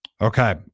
Okay